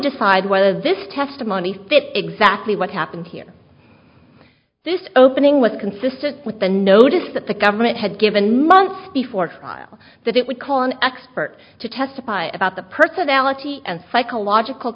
decide whether this testimony fit exactly what happened here this opening was consistent with the notice that the government had given months before trial that it would call an expert to testify about the personality and psychological